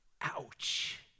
Ouch